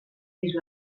vist